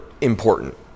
important